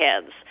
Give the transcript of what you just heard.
kids